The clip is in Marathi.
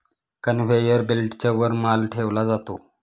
कन्व्हेयर बेल्टच्या वर माल ठेवला जातो